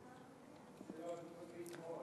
לא, חוץ וביטחון.